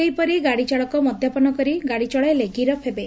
ସେହିପରି ଗାଡ଼ି ଚାଳକ ମଦ୍ୟପାନ କରି ଗାଡ଼ିଚଳାଇଲେ ଗିରଫ ହେବେ